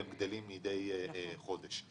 הם גדלים מידי חודש.